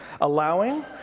Allowing